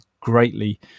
greatly